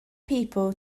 people